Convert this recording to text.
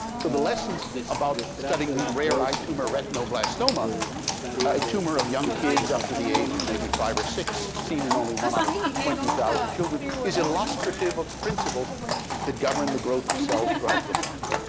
so the lessons about studying the rare eye tumor retinoblastoma a tumor of young kids up to the age of maybe five or six, seen in only one out of twenty thousand children is illustrative of principles that govern the growth of cells throughout the body.